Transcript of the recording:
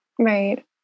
Right